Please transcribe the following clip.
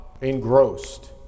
engrossed